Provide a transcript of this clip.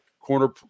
corner